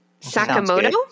Sakamoto